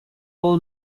all